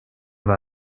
war